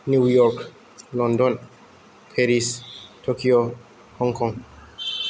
New York London Paris Tokyo Hong Kong